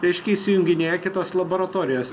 reiškia įsijunginėja kitos laboratorijos